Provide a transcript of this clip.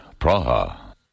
Praha. (